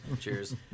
cheers